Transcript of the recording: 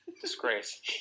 disgrace